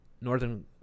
northern